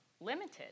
limited